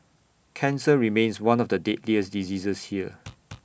cancer remains one of the deadliest diseases here